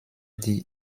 die